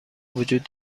وجود